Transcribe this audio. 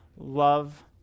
Love